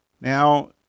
Now